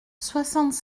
soixante